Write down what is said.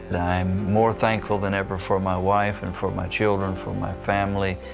am more thankful than ever for my wife and for my children, for my family,